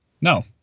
no